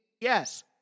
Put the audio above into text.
yes